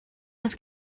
nos